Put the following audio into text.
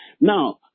now